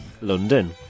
London